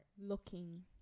looking